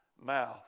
mouth